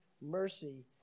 mercy